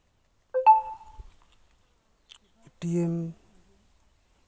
ATM